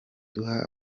duha